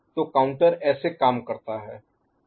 तो काउंटर ऐसे काम करता है